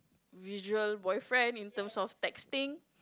visual boyfriend in terms of texting